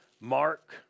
Mark